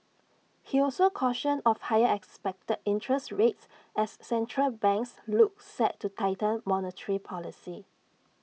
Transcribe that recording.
he also cautioned of higher expected interest rates as central banks look set to tighten monetary policy